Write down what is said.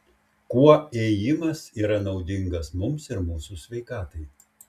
kuo ėjimas yra naudingas mums ir mūsų sveikatai